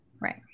Right